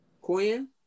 Quinn